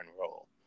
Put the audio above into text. role